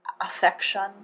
affection